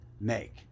make